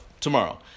tomorrow